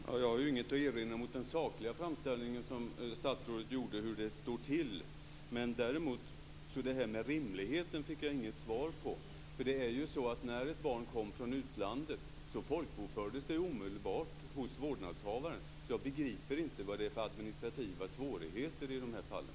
Fru talman! Jag har inget att erinra mot den sakliga framställning som statsrådet gjorde över hur det står till. Däremot fick jag inget svar på min fråga om rimligheten. När ett barn kom från utlandet folkbokfördes det ju omedelbart hos vårdnadshavaren. Jag begriper inte vad det är för administrativa svårigheter i de här fallen.